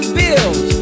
bills